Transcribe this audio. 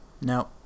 No